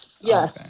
yes